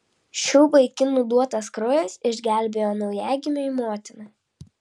šių vaikinų duotas kraujas išgelbėjo naujagimiui motiną